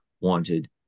wanted